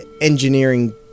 engineering